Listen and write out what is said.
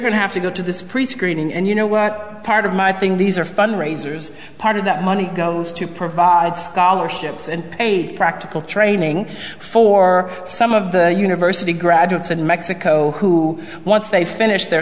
to have to go to this prescreening and you know what part of my thing these are fundraisers part of that money goes to provide scholarships and aid practical training for some of the university graduates in mexico who once they finished their